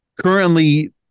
currently